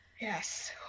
Yes